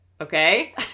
okay